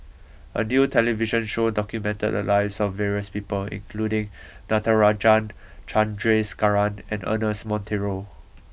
a new television show documented the lives of various people including Natarajan Chandrasekaran and Ernest Monteiro